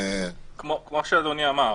כמו שאדוני אמר,